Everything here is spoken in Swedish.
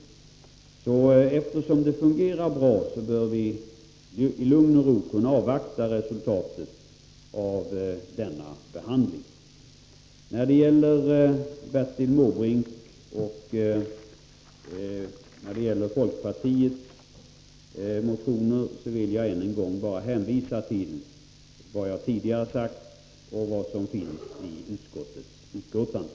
Eftersom det nuvarande systemet fungerar bra, bör vi i lugn och ro kunna avvakta resultatet av denna behandling. När det gäller Bertil Måbrinks motion och folkpartiets motioner vill jag än en gång bara hänvisa till vad jag tidigare har sagt och vad som står i utskottets betänkande.